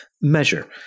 measure